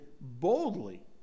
boldly